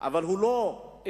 אבל הוא לא אזרח,